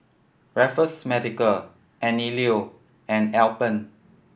Raffles Medical Anello and Alpen